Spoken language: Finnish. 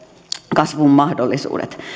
kasvun mahdollisuudet